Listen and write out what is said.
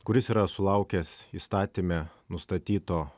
kuris yra sulaukęs įstatyme nustatyto